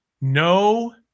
no